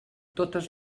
totes